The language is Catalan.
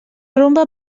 rumba